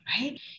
right